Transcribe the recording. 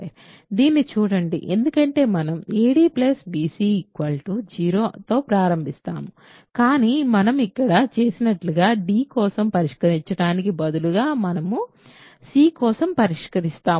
దీన్ని చూడండి ఎందుకంటే మనం ad bc0 తో ప్రారంభిస్తాము కానీ మనం ఇక్కడ చేసినట్లుగా d కోసం పరిష్కరించడానికి బదులుగా మనము c కోసం పరిష్కరిస్తాము